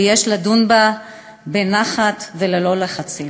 ויש לדון בה בנחת וללא לחצים.